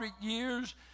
years